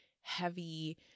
heavy